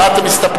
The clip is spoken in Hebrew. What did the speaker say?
מה, אתם מסתפקים?